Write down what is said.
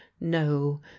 no